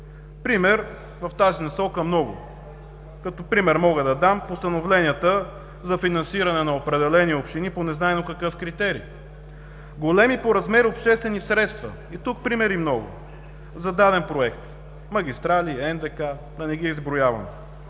Примери в тази насока – много. Като пример мога да дам постановленията за финансиране на определени общини по незнайно какъв критерий. Второ, големи по размер обществени средства – и тук примери много за даден проект – магистрали, НДК. Да не ги изброявам.